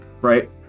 right